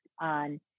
on